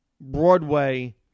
Broadway